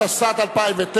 התשס"ט 2009,